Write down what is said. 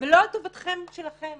ולא על טובתכם האישית.